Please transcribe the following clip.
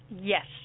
Yes